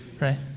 right